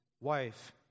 wife